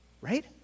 right